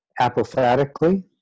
apophatically